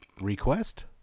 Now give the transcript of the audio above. request